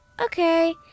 Okay